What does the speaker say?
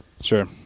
sure